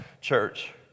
Church